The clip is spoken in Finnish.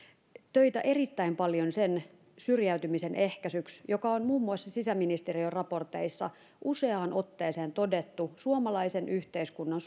töitä erittäin paljon sen syrjäytymisen ehkäisyksi joka on muun muassa sisäministeriön raporteissa useaan otteeseen todettu suomalaisen yhteiskunnan